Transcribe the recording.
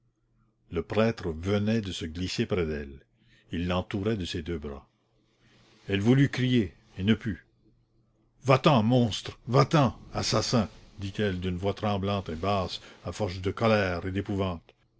le prêtre venait de se glisser près d'elle il l'entourait de ses deux bras elle voulut crier et ne put va-t'en monstre va-t'en assassin dit-elle d'une voix tremblante et basse à force de colère et d'épouvante